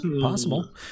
possible